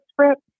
script